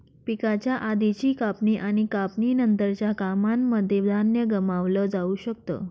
पिकाच्या आधीची कापणी आणि कापणी नंतरच्या कामांनमध्ये धान्य गमावलं जाऊ शकत